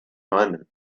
moment